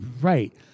Right